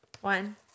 One